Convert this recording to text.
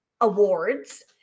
awards